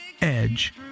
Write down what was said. edge